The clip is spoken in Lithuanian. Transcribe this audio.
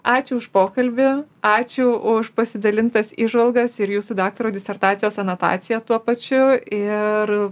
ačiū už pokalbį ačiū už pasidalintas įžvalgas ir jūsų daktaro disertacijos anotaciją tuo pačiu ir